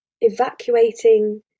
evacuating